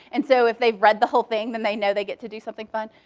and so if they've read the whole thing, then they know they get to do something fun.